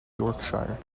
yorkshire